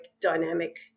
dynamic